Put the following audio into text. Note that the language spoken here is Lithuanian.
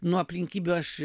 nuo aplinkybių aš